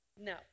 No